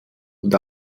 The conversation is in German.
und